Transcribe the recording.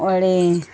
ಹೊಳೀ